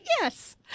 Yes